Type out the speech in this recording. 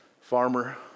farmer